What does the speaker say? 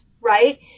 right